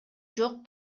жок